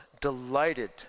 delighted